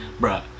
bruh